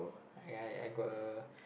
I I I got a